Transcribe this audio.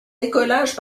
décollage